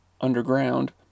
underground